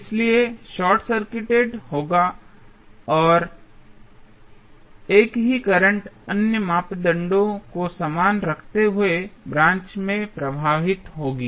इसलिए यह short circuited होगा और एक ही करंट अन्य मापदंडों को समान रखते हुए ब्रांच में प्रवाहित होगी